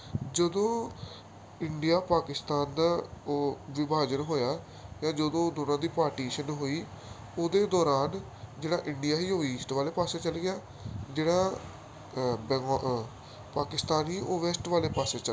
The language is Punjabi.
ਜਦੋਂ ਇੰਡੀਆ ਪਾਕਿਸਤਾਨ ਦਾ ਉਹ ਵਿਭਾਜਨ ਹੋਇਆ ਜਾਂ ਜਦੋਂ ਦੋਨਾਂ ਦੀ ਪਾਰਟੀਸ਼ਨ ਹੋਈ ਉਹਦੇ ਦੌਰਾਨ ਜਿਹੜਾ ਇੰਡੀਆ ਸੀ ਉਹ ਈਸਟ ਵਾਲੇ ਪਾਸੇ ਚਲ ਗਿਆ ਜਿਹੜਾ ਬੈਗੋ ਅ ਪਾਕਿਸਤਾਨ ਸੀ ਉਹ ਵੈਸਟ ਵਾਲੇ ਪਾਸੇ ਚਲ ਗਿਆ